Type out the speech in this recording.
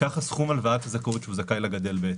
כך סכום הלוואת הזכאות שהוא זכאי לה גדל בהתאם.